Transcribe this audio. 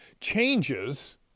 changes